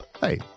Hey